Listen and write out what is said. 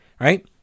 right